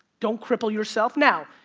don't cripple yourself. now,